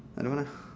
I don't want